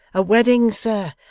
a wedding sir,